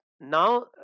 Now